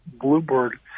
Bluebird